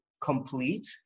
complete